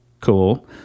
cool